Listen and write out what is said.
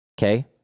Okay